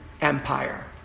Empire